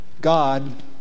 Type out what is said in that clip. God